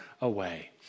away